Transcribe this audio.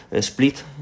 split